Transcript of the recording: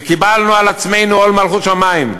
וקיבלנו על עצמנו עול מלכות שמים.